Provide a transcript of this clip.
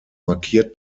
markiert